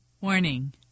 Warning